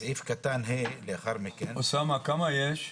סעיף קטן (ה) לאחר מכן --- אוסאמה, כמה יש?